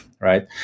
right